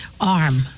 arm